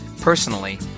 personally